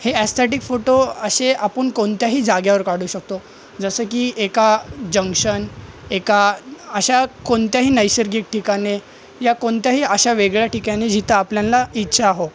हे aesthetic photo असे आपण कोणत्याही जाग्यावर काढू शकतो जसं की एका जंक्शन एका अशा कोणत्याही नैसर्गिक ठिकाणी या कोणत्याही अशा वेगळ्या ठिकाणी जिथं आपल्याला इच्छा हो